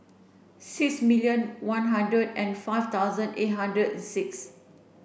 six million one hundred and five thousand eight hundred and six